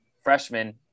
freshman